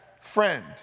friend